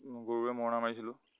গৰুৱে মৰণা মাৰিছিলোঁ